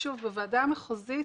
בוועדה המחוזית,